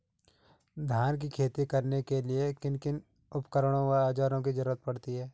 धान की खेती करने के लिए किन किन उपकरणों व औज़ारों की जरूरत पड़ती है?